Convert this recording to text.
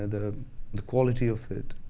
ah the the quality of it.